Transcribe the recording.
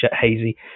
hazy